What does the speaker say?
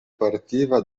partiva